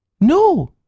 No